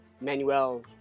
Manuel